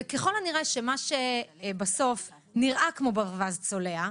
וככל הנראה, מה שבסוף נראה כמו ברווז צולע,